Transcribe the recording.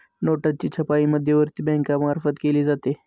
नोटांची छपाई मध्यवर्ती बँकेमार्फत केली जाते